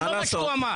זה לא מה שהוא אמר.